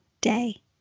day